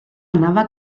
anava